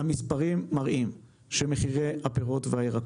לעניין מחיר הביצה.